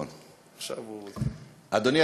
אדוני,